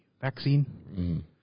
vaccine